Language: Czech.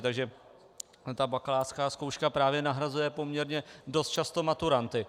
Takže ta bakalářská zkouška právě nahrazuje poměrně dost často maturanty.